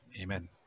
Amen